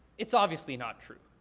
it's obviously not true,